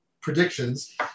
predictions